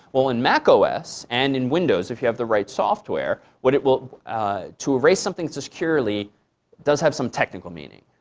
well in mac ah os and and windows, if you have the right software, what it will to erase something securely does have some technical meaning.